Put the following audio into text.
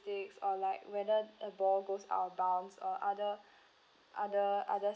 or like whether a ball goes out of bounds or other other other